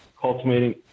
cultivating